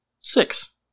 Six